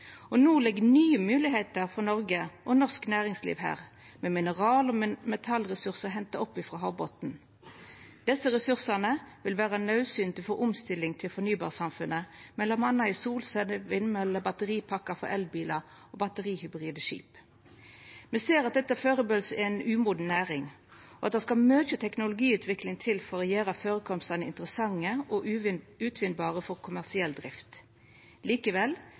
måte. No ligg det nye moglegheiter for Noreg og norsk næringsliv her, med mineral- og metallressursar henta opp frå havbotnen. Desse ressursane vil vera naudsynte for omstilling til fornybarsamfunnet, m.a. i solceller, vindmøller, batteripakkar for elbilar og batterihybride skip. Me ser at dette førebels er ei umoden næring, og at det skal mykje teknologiutvikling til før førekomstane vert interessante og kan utvinnast for kommersiell drift. Likevel